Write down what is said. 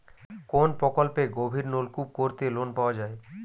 কোন প্রকল্পে গভির নলকুপ করতে লোন পাওয়া য়ায়?